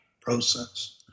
process